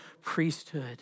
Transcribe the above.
priesthood